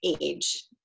age